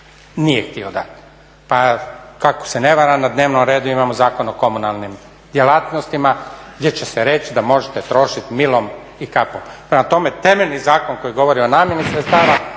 Nije htio dati. Pa ako se ne varam, na dnevnom redu imamo Zakon o komunalnim djelatnostima gdje će se reći da možete trošiti milom i kapom. Prema tome, temeljni zakon koji govori o namjeni sredstava